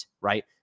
right